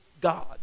God